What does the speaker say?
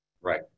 Right